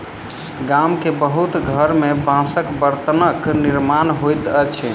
गाम के बहुत घर में बांसक बर्तनक निर्माण होइत अछि